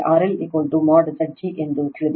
ಆದ್ದರಿಂದ ನಮಗೆ RLಮಾಡ್ Zg ಎಂದು ತಿಳಿದಿದೆ